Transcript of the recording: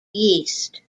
yeast